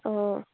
অঁ